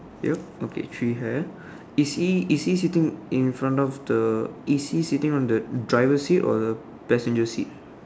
yup okay three hair is he sitting in front of the is he sitting on the driver seat or the passenger seat